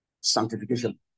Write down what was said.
Sanctification